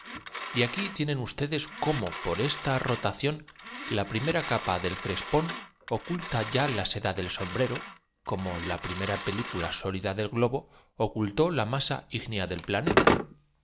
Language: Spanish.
musulmán y aquí tie nen ustedes cómo por esta rotación la primera capa del crespón oculta ya la seda del sombrero como la primera película sólida del globo ocultó la masa ígnea del planeta